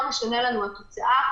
יותר משנה לנו התוצאה.